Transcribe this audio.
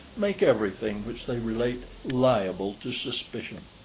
make everything which they relate liable to suspicion.